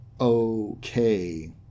okay